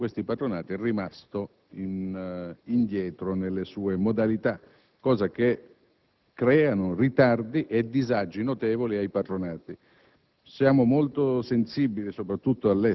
per quale motivo il lavoro ispettivo sui patronati sia rimasto indietro quanto alle modalità, cosa che crea ritardi e disagi notevoli ai patronati